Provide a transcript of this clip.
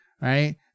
Right